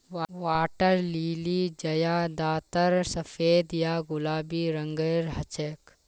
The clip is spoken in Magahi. वाटर लिली ज्यादातर सफेद या गुलाबी रंगेर हछेक